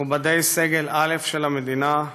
מכובדי סגל א' של המדינה,